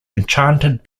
enchanted